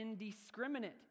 indiscriminate